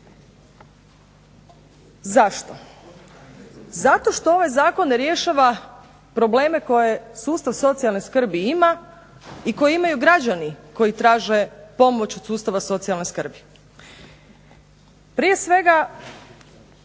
Zašto? Zato što ovaj zakon ne rješava probleme koje sustav socijalne skrbi ima, i koje imaju građani koji traže pomoć od sustava socijalne skrbi. Prije svega